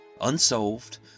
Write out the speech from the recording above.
unsolved